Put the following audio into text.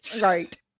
Right